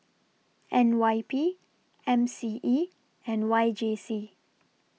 N Y P M C E and Y J C